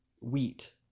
wheat